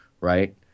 right